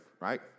Right